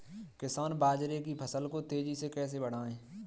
किसान बाजरे की फसल को तेजी से कैसे बढ़ाएँ?